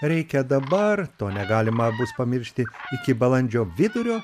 reikia dabar to negalima bus pamiršti iki balandžio vidurio